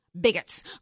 Bigots